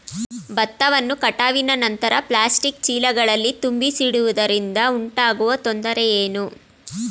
ಭತ್ತವನ್ನು ಕಟಾವಿನ ನಂತರ ಪ್ಲಾಸ್ಟಿಕ್ ಚೀಲಗಳಲ್ಲಿ ತುಂಬಿಸಿಡುವುದರಿಂದ ಉಂಟಾಗುವ ತೊಂದರೆ ಏನು?